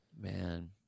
Man